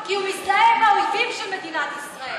כי הוא מזדהה עם האויבים של מדינת ישראל,